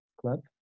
club